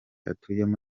atuyemo